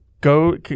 Go